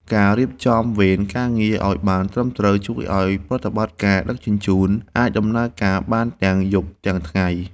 ការរៀបចំវេនការងារឱ្យបានត្រឹមត្រូវជួយឱ្យប្រតិបត្តិការដឹកជញ្ជូនអាចដំណើរការបានទាំងយប់ទាំងថ្ងៃ។